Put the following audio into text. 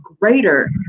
greater